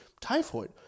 typhoid